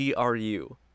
gru